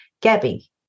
Gabby